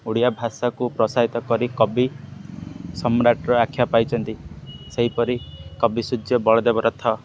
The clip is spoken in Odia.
ଓଡ଼ିଆ ଭାଷାକୁ ପ୍ରୋତ୍ସାହିତ କରି କବି ସମ୍ରାଟର ଆଖ୍ୟା ପାଇଛନ୍ତି ସେହିପରି କବି ସୂର୍ଯ୍ୟ ବଳଦେବ ରଥ